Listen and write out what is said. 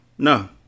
No